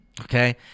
okay